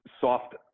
soft